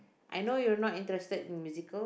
I know you're not interested in musical